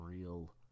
real